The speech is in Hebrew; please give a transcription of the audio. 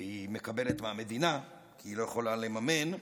שהיא מקבלת מהמדינה, כי היא לא יכולה לממן,